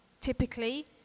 typically